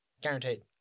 Guaranteed